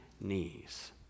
knees